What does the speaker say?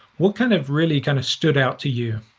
what kind of really kind of stood out to you?